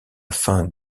fin